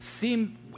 seem